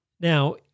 Now